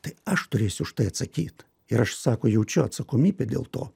tai aš turėsiu už tai atsakyt ir aš sako jaučiu atsakomybę dėl to